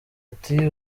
ati